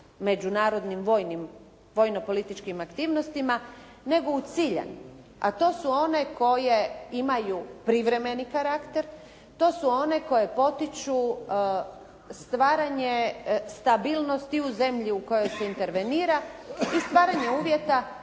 međunarodnim vojnim, vojno-političkim aktivnostima nego u ciljanim a to su one koje imaju privremeni karakter. To su one koje potiču stvaranje stabilnosti u zemlji u kojoj se intervenira i stvaranje uvjeta